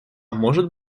может